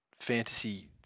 fantasy